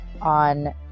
on